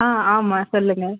ஆ ஆமாம் சொல்லுங்கள்